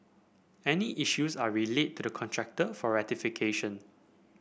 any issues are relayed to the contractor for rectification